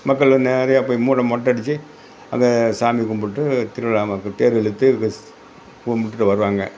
மக்கள் வந்து நிறைய போய் மொட்டை அடித்து அங்கே சாமியை கும்பிட்டு திருவிழா அப்போது தேர் இழுத்து ஸ் கும்பிட்டுட்டு வருவாங்க